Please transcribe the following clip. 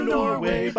Norway